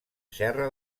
serra